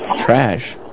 trash